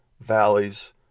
valleys